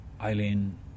Eileen